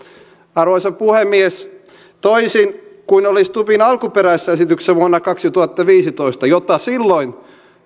arvoisa puhemies toisin kuin oli stubbin alkuperäisessä esityksessä vuonna kaksituhattaviisitoista jota silloin